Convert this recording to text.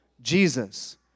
Jesus